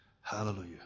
Hallelujah